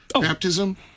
Baptism